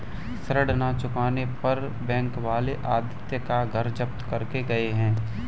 ऋण ना चुकाने पर बैंक वाले आदित्य का घर जब्त करके गए हैं